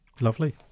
Lovely